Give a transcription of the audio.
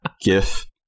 gif